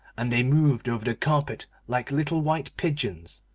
and they moved over the carpet like little white pigeons.